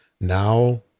Now